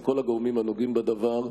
עם כל הגורמים הנוגעים בדבר,